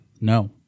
No